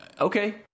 okay